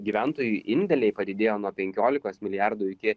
gyventojų indėliai padidėjo nuo penkiolikos milijardų iki